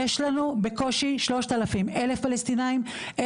יש לנו בקושי 3,000. אלף פלסטינאים,